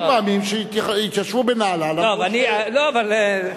היו פעמים שהתיישבו בנהלל, טוב, אני, לא, אבל,